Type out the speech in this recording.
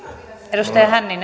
arvoisa rouva